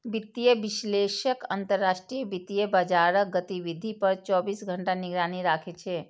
वित्तीय विश्लेषक अंतरराष्ट्रीय वित्तीय बाजारक गतिविधि पर चौबीसों घंटा निगरानी राखै छै